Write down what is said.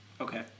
Okay